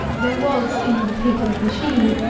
there was, in the patent machine,